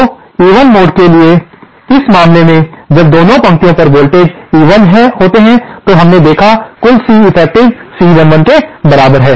तो even mode के लिए इस मामले में जब दोनों पंक्तियों पर वोल्टेजस इवन होते हैं तो हमने देखा कुल C इफेक्टिव C11 के बराबर है